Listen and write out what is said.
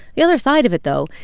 the other side of it, though,